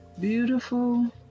Beautiful